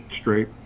straight